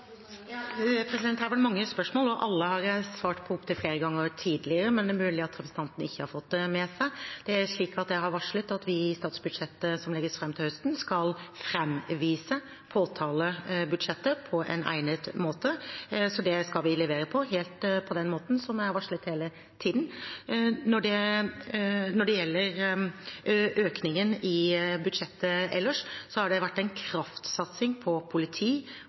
det mange spørsmål, og alle har jeg svart på opptil flere ganger tidligere, men det er mulig at representanten ikke har fått det med seg. Det er slik at jeg har varslet at vi i statsbudsjettet som legges fram til høsten, skal framvise påtalebudsjettet på en egnet måte, så det skal vi levere på – helt på den måten som jeg har varslet hele tiden. Når det gjelder økningen i budsjettet ellers, har det vært en kraftsatsing på politi,